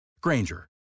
Granger